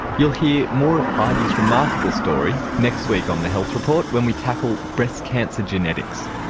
you'll hear more of heidi's remarkable story next week on the health report when we tackle breast cancer genetics.